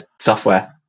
software